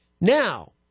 Now